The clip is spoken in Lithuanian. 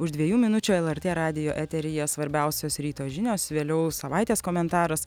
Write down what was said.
už dviejų minučių lrt radijo eteryje svarbiausios ryto žinios vėliau savaitės komentaras